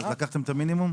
אז לקחתם את המינימום?